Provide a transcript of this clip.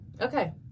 okay